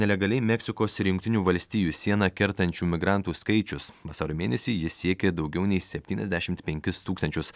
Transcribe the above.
nelegaliai meksikos ir jungtinių valstijų sieną kertančių migrantų skaičius vasario mėnesį ji siekė daugiau nei septyniasdešimt penkis tūkstančius